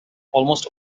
almost